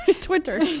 Twitter